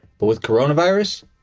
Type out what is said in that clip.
but with corona virus,